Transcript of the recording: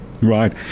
Right